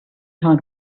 time